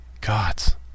God's